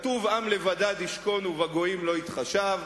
כתוב "עם לבדד ישכון ובגויים לא יתחשב",